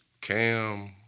Cam